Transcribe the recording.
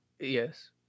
Yes